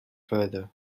further